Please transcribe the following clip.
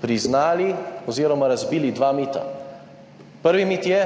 priznali oziroma razbili dva mita: prvi mit je,